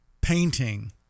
painting